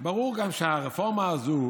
ברור גם שהרפורמה הזו